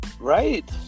right